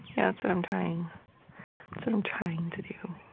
yeah, that's what i'm trying sort of trying to do.